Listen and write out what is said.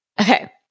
okay